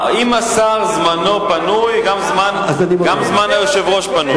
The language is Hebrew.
אם השר זמנו פנוי, גם זמן היושב-ראש פנוי.